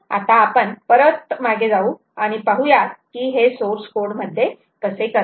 आता आपण परत मागे जाऊ आणि पाहुयात की हे सोर्स कोड मध्ये कसे करायचे